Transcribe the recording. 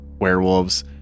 werewolves